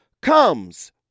comes